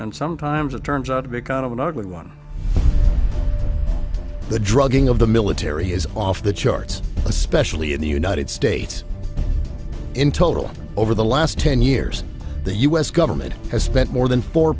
and sometimes it turns out because of an odd one the drugging of the military is off the charts especially in the united states in total over the last ten years the u s government has spent more than four